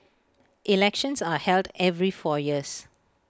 elections are held every four years